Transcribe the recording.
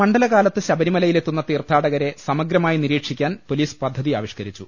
മണ്ഡലകാലത്ത് ശബരിമലയിലെത്തുന്ന തീർത്ഥാടകരെ സമ ഗ്രമായി നിരീക്ഷിക്കാൻ പൊലീസ് പദ്ധതി ആവിഷ്ക്കരിച്ചു